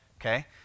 okay